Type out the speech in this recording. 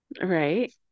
Right